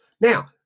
Now